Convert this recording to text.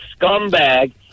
scumbag